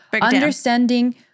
understanding